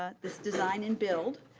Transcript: ah this design and build,